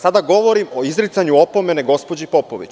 Sada govorim o izricanju opomene gospođi Popović.